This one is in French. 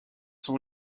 sont